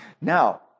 Now